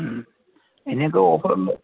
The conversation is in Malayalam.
ഇതിനൊക്കെ ഓഫറുണ്ട്